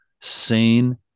sane